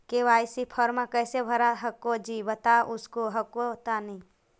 KYC फॉर्मा कैसे भरा हको जी बता उसको हको तानी?